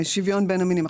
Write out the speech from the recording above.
ושוויון בין המינים.